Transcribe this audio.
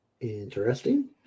Interesting